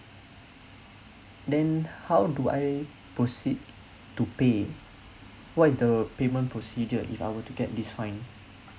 then how do I proceed to pay what is the payment procedure if our to get this fine